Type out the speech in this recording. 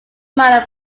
minor